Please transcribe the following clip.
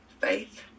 Faith